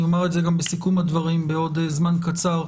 אני אומר את זה גם בסיכום הדברים בעוד זמן קצר.